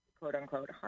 quote-unquote